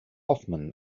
hoffmann